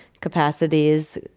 capacities